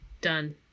Done